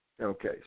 Okay